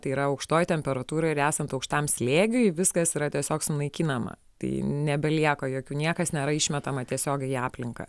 tai yra aukštoj temperatūroj ir esant aukštam slėgiui viskas yra tiesiog sunaikinama tai nebelieka jokių niekas nėra išmetama tiesiogiai į aplinką